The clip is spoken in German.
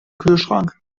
kühlschrank